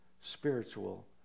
spiritual